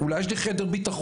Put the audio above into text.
אולי יש לי חדר ביטחון?